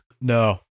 no